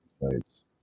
fights